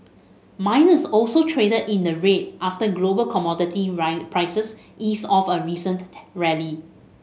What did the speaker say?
miners also traded in the red after global commodity prices eased off a recent rally